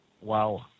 Wow